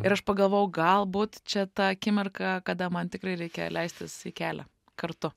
ir aš pagalvojau galbūt čia ta akimirka kada man tikrai reikia leistis į kelią kartu